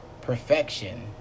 perfection